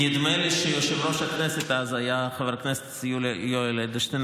נדמה לי שיושב-ראש הכנסת היה אז חבר הכנסת יולי יואל אדלשטיין,